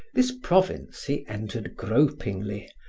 this province he entered gropingly,